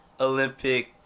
Olympic